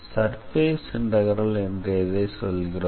surface integral என்று எதை சொல்கிறோம்